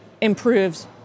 improves